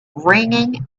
ringing